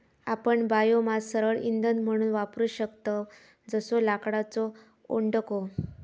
आपण बायोमास सरळ इंधन म्हणून वापरू शकतव जसो लाकडाचो ओंडको